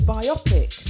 Biopic